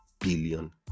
billion